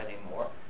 anymore